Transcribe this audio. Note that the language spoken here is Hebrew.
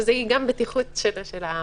שזו גם בטיחות של המשתתפים.